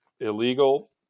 illegal